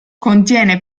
contiene